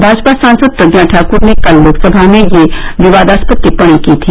भाजपा सांसद प्रज्ञा ठाकूर ने कल लोकसभा में यह विवादास्पद टिप्पणी की थी